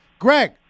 Greg